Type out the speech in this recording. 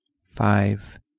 five